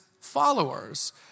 followers